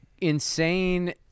insane